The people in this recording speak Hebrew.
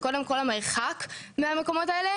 זה קודם כול המרחק מהמקומות האלה.